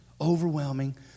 overwhelming